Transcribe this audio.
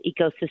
ecosystem